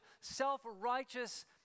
self-righteous